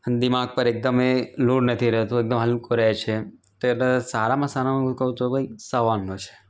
દિમાગ પર એકદમ એ લોડ નથી રહેતો એકદમ હલકું રહે છે તો એટલે કે સારામાં સારું હું કહું તો ભાઈ સવારનો છે